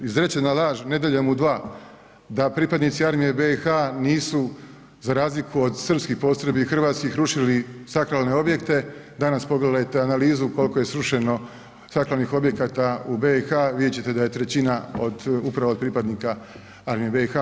Izrečena laž Nedjeljom u 2, da pripadnici Armije BiH nisu za razliku od srpskih postrojbi i hrvatskih rušili sakralne objekte danas pogledajte analizu koliko je srušeno sakralnih objekata u BiH, vidjet ćete da je trećina upravo od pripadnika Armije BiH.